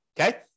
okay